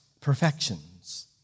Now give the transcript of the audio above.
perfections